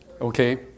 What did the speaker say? Okay